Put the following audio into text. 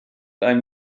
einem